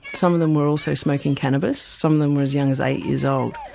some of them were also smoking cannabis, some of them were as young as eight years old.